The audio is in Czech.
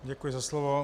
Děkuji za slovo.